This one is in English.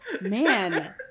Man